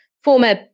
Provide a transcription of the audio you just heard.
former